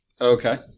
Okay